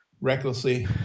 recklessly